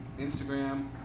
Instagram